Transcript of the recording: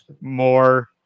More